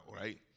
right